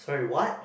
sorry what